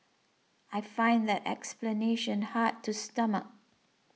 I find that explanation hard to stomach